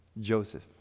Joseph